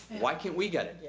why can't we get it?